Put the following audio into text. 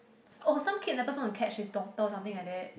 oh some kidnappers want to catch his daughter or something like that